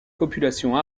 populations